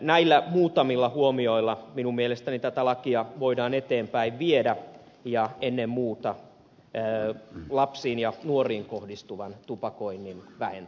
näillä muutamilla huomioilla minun mielestäni tätä lakia voidaan eteenpäin viedä ennen muuta lapsiin ja nuoriin kohdistuvan tupakoinnin vähentämiseksi